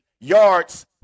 yards